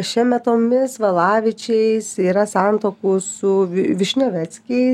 šemetomis valavičiais yra santuokų su višniaveckiai